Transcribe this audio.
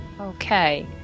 Okay